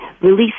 release